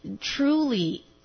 truly